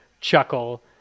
chuckle